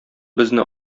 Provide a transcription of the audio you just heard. безне